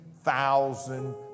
thousand